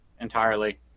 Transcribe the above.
entirely